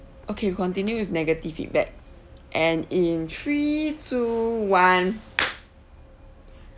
okay we continue with negative feedback and in three two one